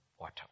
water